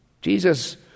Jesus